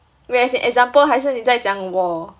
wait as in example 还是你在讲我